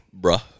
Bruh